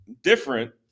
different